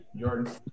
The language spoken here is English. jordan